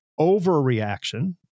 overreaction